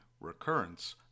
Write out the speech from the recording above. recurrence